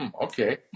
Okay